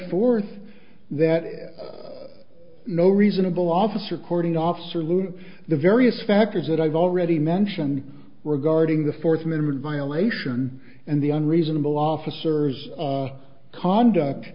forth that no reasonable officer cording officer lou the various factors that i've already mentioned regarding the fourth amendment violation and the on reasonable officers conduct